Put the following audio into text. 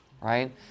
right